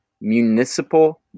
Municipal